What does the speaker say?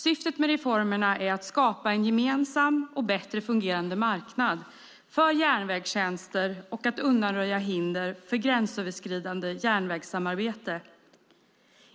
Syftet med reformerna är att skapa en gemensam och bättre fungerande marknad för järnvägstjänster och att undanröja hinder för gränsöverskridande järnvägssamarbete.